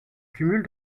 cumul